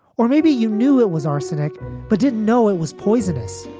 or maybe you knew it was arsenic but didn't know it was poisonous?